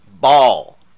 ball